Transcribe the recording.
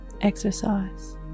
exercise